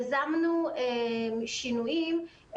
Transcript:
יזמנו שינויים,